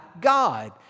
God